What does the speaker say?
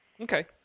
Okay